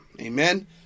Amen